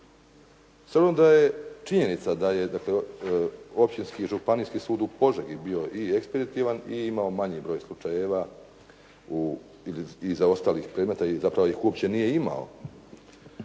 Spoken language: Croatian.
obzirom da je činjenica da je dakle Općinski županijski sud u Požegi bio i ekspeditivan i imao manji broj slučajeva i zaostalih predmeta i zapravo ih uopće nije imao.